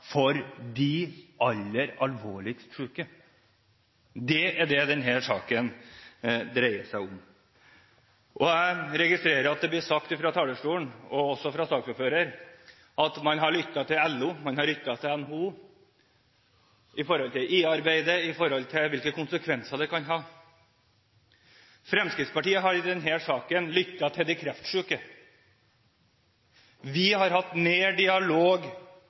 for de mest alvorlig syke! Det er det denne saken dreier seg om. Jeg registrerer at det blir sagt fra talerstolen – også fra saksordføreren – at man har lyttet til LO og NHO når det gjelder IA-arbeidet med hensyn til hvilke konsekvenser det kan ha. Fremskrittspartiet har i denne saken lyttet til de kreftsyke. Vi har hatt mer dialog